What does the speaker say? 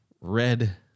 Red